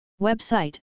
Website